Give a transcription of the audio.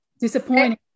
Disappointing